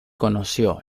conoció